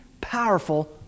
powerful